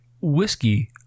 whiskey